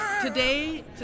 today